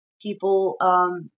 people